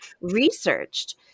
researched